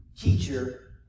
teacher